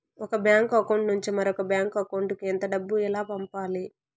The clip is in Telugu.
ఒక బ్యాంకు అకౌంట్ నుంచి మరొక బ్యాంకు అకౌంట్ కు ఎంత డబ్బు ఎలా పంపాలి